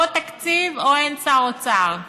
או תקציב, או אין שר אוצר.